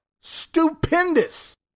stupendous